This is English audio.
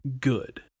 good